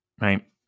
right